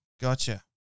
Gotcha